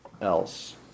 else